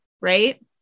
right